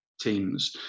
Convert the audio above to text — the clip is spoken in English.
teams